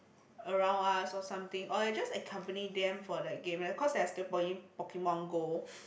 around us or something or like just accompany them for like game eh cause they're still playing Pokemon Go